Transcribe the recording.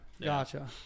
gotcha